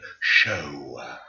Show